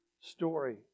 story